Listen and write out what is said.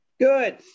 Good